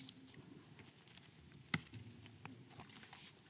kiitos